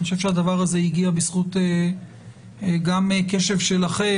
אני חושב שהדבר הזה הגיע גם בזכות קשב שלכם,